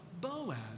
Boaz